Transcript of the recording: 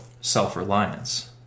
self-reliance